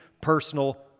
personal